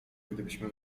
gdybyśmy